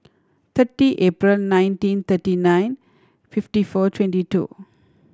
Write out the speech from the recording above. thirty April nineteen thirty nine fifty four twenty two